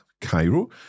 Cairo